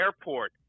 airport